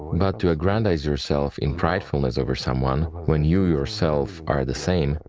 but to aggrandize yourself in pridefulness over someone, when you yourself are the same,